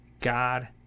God